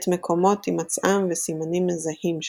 את מקומות הימצאם וסימנים מזהים שלהם.